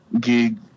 gig